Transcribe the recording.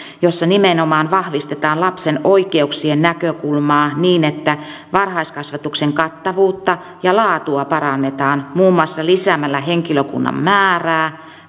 jossa nimenomaan vahvistetaan lapsen oikeuksien näkökulmaa niin että varhaiskasvatuksen kattavuutta ja laatua parannetaan muun muassa lisäämällä henkilökunnan määrää